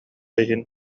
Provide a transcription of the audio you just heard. иһин